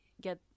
get